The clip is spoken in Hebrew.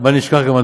גם,